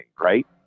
Right